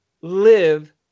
live